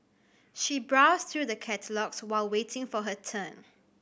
she browsed through the catalogues while waiting for her turn